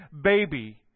baby